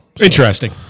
Interesting